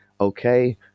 Okay